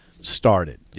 started